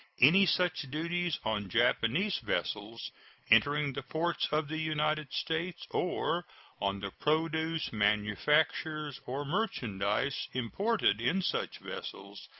any such duties on japanese vessels entering the ports of the united states, or on the produce, manufactures, or merchandise imported in such vessels,